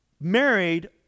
married